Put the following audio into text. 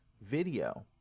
video